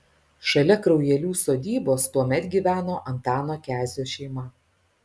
šalia kraujelių sodybos tuomet gyveno antano kezio šeima